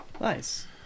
Nice